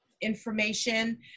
information